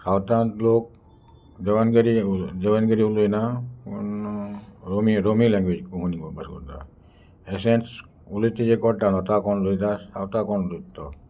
सावथांत लोक देवणगरी देवणगरी उलोयना पूण रोमी रोमी लॅंग्वेज कोंकणी पास करता एसेंन्स उलय तेजे कोण उलयता कोण उलयता सावता कोण उलयता तो